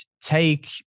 take